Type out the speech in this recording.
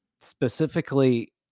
specifically